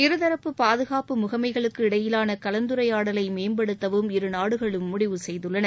இருதரப்பு பாதுகாப்பு முகமைகளுக்கு இடையிலான கலந்துரையாடலை மேம்படுத்தவும் இருநாடுகளும் முடிவு செய்துள்ளன